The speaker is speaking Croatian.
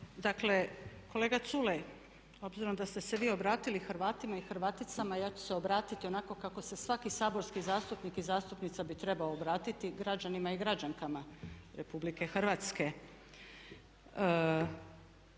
Dakle kolega Culej obzirom da ste se vi obratili Hrvatima i Hrvaticama ja ću se obratiti onako kako se svaki saborski zastupnik i zastupnica bi trebao obratiti građanima i građankama Republike Hrvatske.